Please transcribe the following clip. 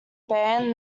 band